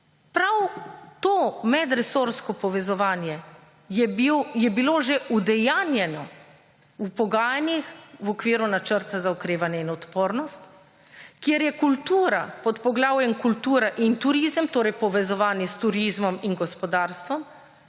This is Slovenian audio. prav to medresorsko povezovanje je bilo že udejanjeno v pogajanjih v okviru načrta za okrevanje in odpornost, kjer je kultura pod poglavjem kultura in turizem, torej povezovanje s turizmom in gospodarstvom,